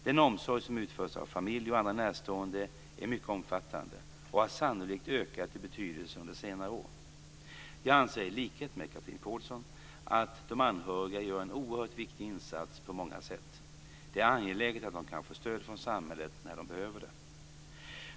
Den omsorg som utförs av familj och andra närstående är mycket omfattande och har sannolikt ökat i betydelse under senare år. Jag anser i likhet med Chatrine Pålsson att de anhöriga gör en oerhört viktig insats på många sätt. Det är angeläget att de kan få stöd från samhället när de behöver det.